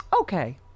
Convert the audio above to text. Okay